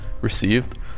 received